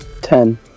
Ten